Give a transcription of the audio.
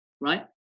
right